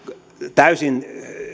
täysin